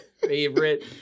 favorite